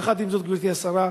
יחד עם זאת, גברתי השרה,